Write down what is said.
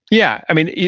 yeah, i mean, yeah